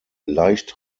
leicht